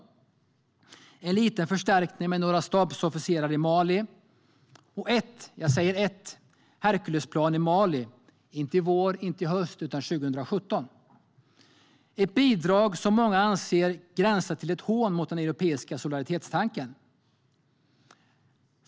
Det blev en liten förstärkning med några stabsofficerare i Mali och ett - jag säger ett - Herculesplan i Mali, som inte kommer i vår eller i höst utan 2017. Detta är ett bidrag som många anser gränsar till ett hån mot den europeiska solidaritetstanken.